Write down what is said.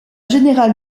général